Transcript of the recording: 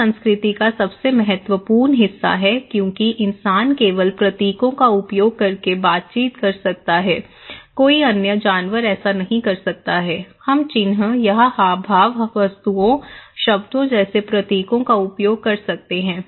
प्रतीक संस्कृति का सबसे महत्वपूर्ण महत्वपूर्ण हिस्सा है क्योंकि इंसान केवल प्रतीकों का उपयोग करके बातचीत कर सकता है कोई अन्य जानवर ऐसा नहीं कर सकता है हम चिन्ह या हावभाव वस्तुओंशब्दों जैसे प्रतीकों का उपयोग कर सकते हैं